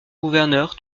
gouverneur